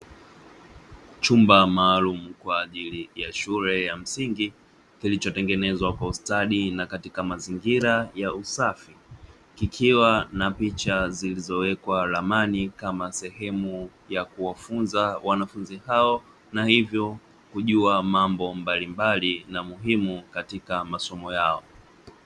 Chumba maalumu kwa ajili ya shule ya msingi kilichotengenezwa maalumu na kwa ustadi na katika mazingira ya usafi, kikiwa na picha zilizowekwa ramani kama sehemu ya kuwafunza wanafunzi hao, na hivyo kujua mambo mbalimbali na muhimu katika masomo yao.